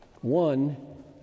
One